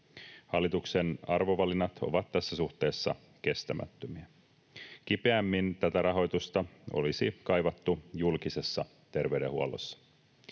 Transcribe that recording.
Hallituksen arvovalinnat ovat tässä suhteessa kestämättömiä. Kipeämmin tätä rahoitusta olisi kaivattu julkisessa terveydenhuollossa.